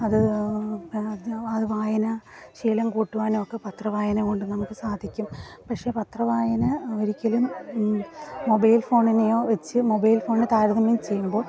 അത് അത് വായനശീലം കൂട്ടുവാനും ഒക്കെ പത്രവായന കൊണ്ട് നമുക്ക് സാധിക്കും പക്ഷേ പത്രവായന ഒരിക്കലും മൊബൈൽ ഫോണിനെയോ വെച്ച് മൊബൈൽ ഫോണിനെ താരതമ്യം ചെയ്യുമ്പോൾ